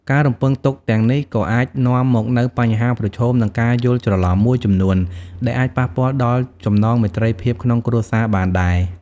ការរំពឹងទុកទាំងនេះក៏អាចនាំមកនូវ បញ្ហាប្រឈម និង ការយល់ច្រឡំ មួយចំនួន ដែលអាចប៉ះពាល់ដល់ចំណងមេត្រីភាពក្នុងគ្រួសារបានដែរ។